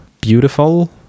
beautiful